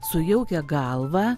sujaukia galvą